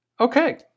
okay